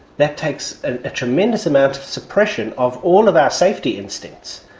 that takes a tremendous amount of suppression of all of our safety instincts.